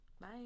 bye